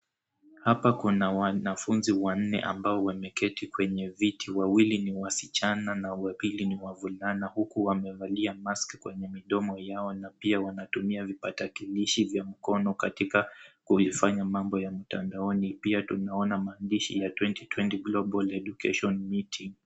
Hapa kuna wanafunzi wanne ambao wameketi kwenye viti. Wawili ni wasichana na wawili ni wavulana huku wamevalia mask kwenye midomo yao na pia vipakatalishi vya mikono katika kuifanya mambo ya mtandaoni. Pia tunaona maandishi ya 2020 global educational meeting .